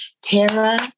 Tara